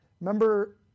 Remember